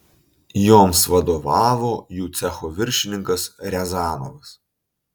joms vadovavo jų cecho viršininkas riazanovas